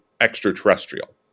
extraterrestrial